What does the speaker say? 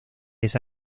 esa